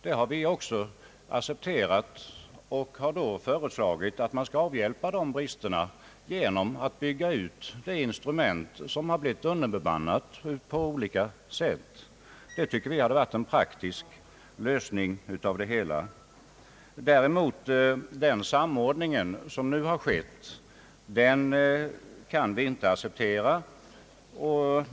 Det har vi också accepterat, men vi har föreslagit att dessa brister skall avhjälpas genom att bygga ut det instrument som redan finns men som har blivit underbemannat på olika sätt. Det tycker vi hade varit en praktisk lösning av det hela. Den samordning som nu har skett kan vi däremot inte acceptera.